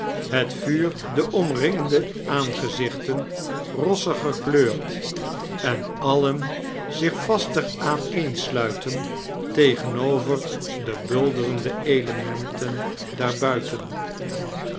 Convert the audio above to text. bet vuur de omringende aangezichten rossiger kleiurt en alien zich vaster aaneensluiten tegenover de bulderende elementeri daarbuiten